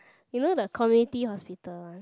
you know the community hospital